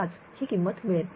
003035 की किंमत मिळेल